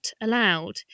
allowed